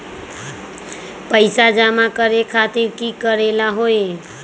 पैसा जमा करे खातीर की करेला होई?